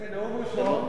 זה נאום ראשון?